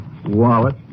wallet